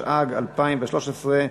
התשע"ג 2013,